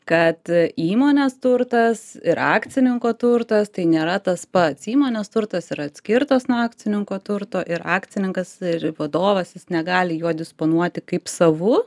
kad įmonės turtas ir akcininko turtas tai nėra tas pats įmonės turtas yra atskirtas nuo akcininko turto ir akcininkas ir vadovas negali juo disponuoti kaip savu